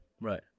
Right